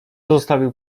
zostawił